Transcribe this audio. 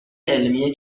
علمی